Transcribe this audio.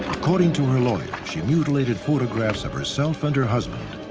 according to her lawyer, she mutilated photographs of herself and her husband.